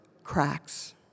cracks